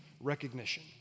recognition